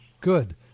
Good